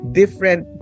different